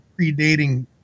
predating